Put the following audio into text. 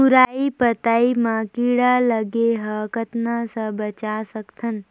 मुरई पतई म कीड़ा लगे ह कतना स बचा सकथन?